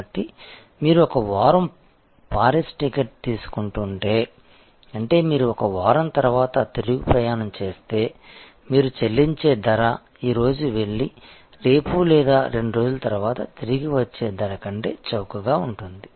కాబట్టి మీరు ఒక వారం పారిస్ టికెట్ తీసుకుంటుంటే అంటే మీరు 1 వారం తర్వాత తిరుగు ప్రయాణం చేస్తే మీరు చెల్లించే ధరఈ రోజు వెళ్లి రేపు లేదా 2 రోజుల తరువాత తిరిగి వచ్చే ధర కంటే చౌకగా ఉంటుంది